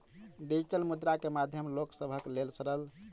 digital मुद्रा के माध्यम लोक सभक लेल सरल अछि